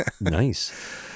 nice